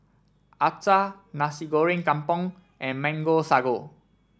Acar Nasi Goreng Kampung and Mango Sago